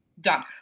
Done